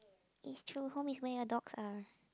it's true home is where your dogs are